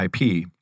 ip